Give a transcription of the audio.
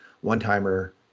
one-timer